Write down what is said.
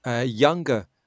younger